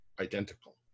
identical